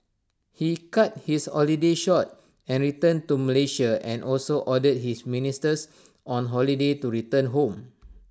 he cut his holiday short and returned to Malaysia and also ordered his ministers on holiday to return home